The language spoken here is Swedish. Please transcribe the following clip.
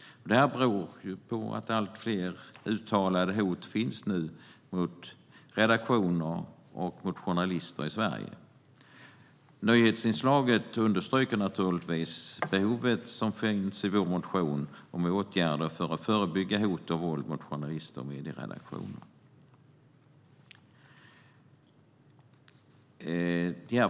Det beror på att det nu finns allt fler uttalade hot mot redaktioner och journalister i Sverige. Nyhetsinslaget understryker behovet av de åtgärder som finns föreslagna i vår motion, för att förebygga hot och våld mot journalister och medieredaktioner.